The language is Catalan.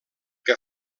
que